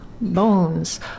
Bones